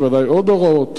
יש בוודאי עוד הוראות,